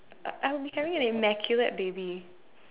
I I would be having an immaculate baby